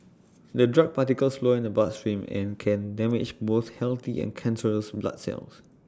the drug particles flow in the bloodstream and can damage both healthy and cancerous black cells